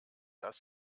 das